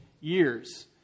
Years